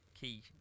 key